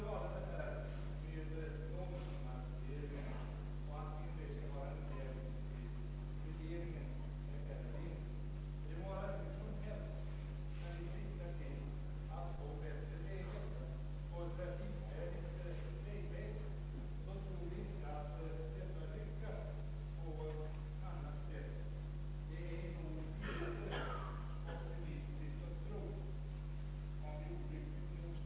Jag skulle i stället vilja rikta frågan åt ett annat håll, både till herr kommunikationsministern och till herr Torsten Bengtson.